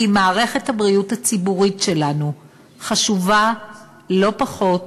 מערכת הבריאות הציבורית שלנו חשובה לא פחות,